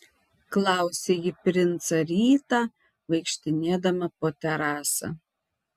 klausė ji princą rytą vaikštinėdama po terasą